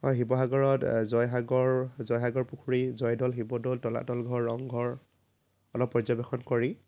হয় শিৱসাগৰত জয়সাগৰ জয়সাগৰ পুখুৰী জয়দৌল শিৱদৌল তলাতলঘৰ ৰংঘৰ অলপ পৰ্যবেক্ষণ কৰি